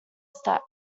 step